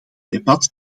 debat